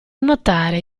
notare